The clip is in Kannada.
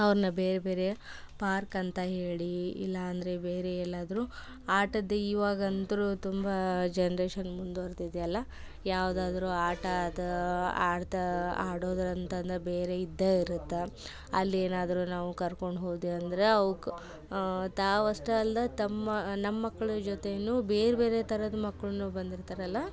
ಅವ್ರನ್ನ ಬೇರೆ ಬೇರೆ ಪಾರ್ಕಂತ ಹೇಳಿ ಇಲ್ಲ ಅಂದರೆ ಬೇರೆ ಎಲ್ಲಾದರು ಆಟದ ಇವಾಗಂತು ತುಂಬ ಜನ್ರೇಶನ್ ಮುಂದುವರ್ದಿದೆ ಅಲ್ವ ಯಾವುದಾದ್ರು ಆಟ ಅದು ಆಡ್ತಾ ಆಡೋದ್ರ ಅಂತಂದ್ರೆ ಬೇರೆ ಇದ್ದೇ ಇರುತ್ತೆ ಅಲ್ಲಿ ಏನಾದರು ನಾವು ಕರ್ಕೊಂಡು ಹೋದೆ ಅಂದ್ರೆ ಅವ್ಕೆ ತಾವಷ್ಟೇ ಅಲ್ದೆ ತಮ್ಮ ನಮ್ಮ ಮಕ್ಳು ಜೊತೆಯು ಬೇರೆ ಬೇರೆ ಥರದ ಮಕ್ಳು ಬಂದಿರ್ತಾರಲ್ವ